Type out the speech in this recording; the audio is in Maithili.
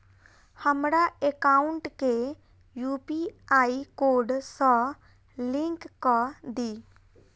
हमरा एकाउंट केँ यु.पी.आई कोड सअ लिंक कऽ दिऽ?